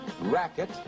racket